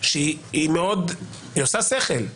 שעושה שכל,